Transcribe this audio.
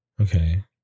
okay